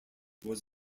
was